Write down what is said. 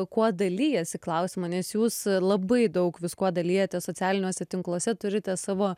kuo dalijasi klausimą nes jūs labai daug viskuo dalijatės socialiniuose tinkluose turite savo